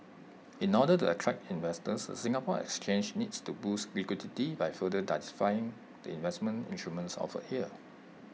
in order to attract investors the Singapore exchange needs to boost liquidity by further diversifying the investment instruments offered here